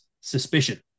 Suspicion